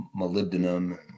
molybdenum